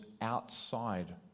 outside